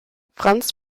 franz